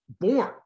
born